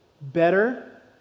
Better